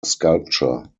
sculpture